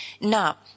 Now